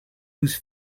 whose